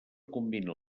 combina